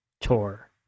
tour